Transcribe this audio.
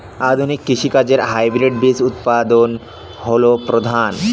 আধুনিক কৃষি কাজে হাইব্রিড বীজ উৎপাদন হল প্রধান